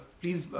please